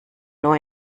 nur